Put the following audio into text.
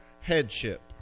headship